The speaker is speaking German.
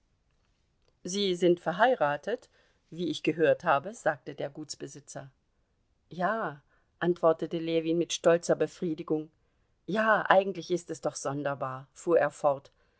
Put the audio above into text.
sie sind verheiratet wie ich gehört habe sagte der gutsbesitzer ja antwortete ljewin mit stolzer befriedigung ja eigentlich ist es doch sonderbar fuhr er fort